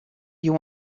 you